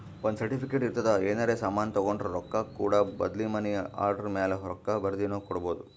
ಒಂದ್ ಸರ್ಟಿಫಿಕೇಟ್ ಇರ್ತುದ್ ಏನರೇ ಸಾಮಾನ್ ತೊಂಡುರ ರೊಕ್ಕಾ ಕೂಡ ಬದ್ಲಿ ಮನಿ ಆರ್ಡರ್ ಮ್ಯಾಲ ರೊಕ್ಕಾ ಬರ್ದಿನು ಕೊಡ್ಬೋದು